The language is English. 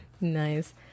nice